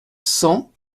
cent